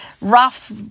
rough